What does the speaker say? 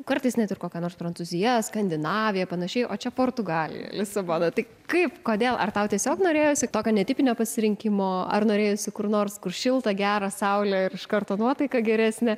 kartais net ir kokia nors prancūzija skandinavija panašiai o čia portugalija lisabona tai kaip kodėl ar tau tiesiog norėjosi tokio netipinio pasirinkimo ar norėjosi kur nors kur šilta gera saulė ir iš karto nuotaika geresnė